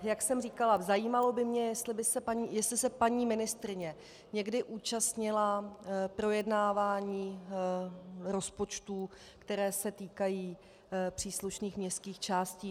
Jak jsem říkala, zajímalo by mě, jestli se paní ministryně někdy účastnila projednávání rozpočtů, které se týkají příslušných městských částí.